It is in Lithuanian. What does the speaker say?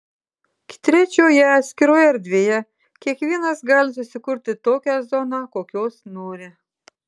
trečioje atskiroje erdvėje kiekvienas gali susikurti tokią zoną kokios nori